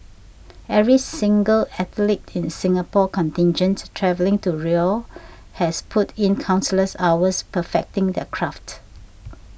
every single athlete in the Singapore contingent travelling to Rio has put in countless hours perfecting their craft